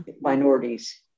minorities